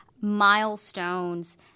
milestones